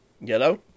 Yellow